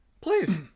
Please